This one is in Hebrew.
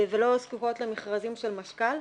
ולא זקוקות למכרזים של משכ"ל.